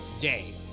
day